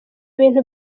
bintu